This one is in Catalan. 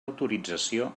autorització